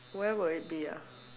where would it be ah